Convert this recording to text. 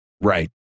Right